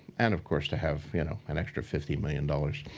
and of course to have you know an extra fifty million dollars.